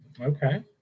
Okay